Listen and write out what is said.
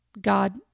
God